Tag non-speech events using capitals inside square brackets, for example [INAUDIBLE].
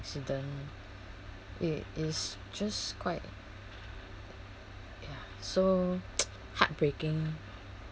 accident it it's just quite ya so [NOISE] heartbreaking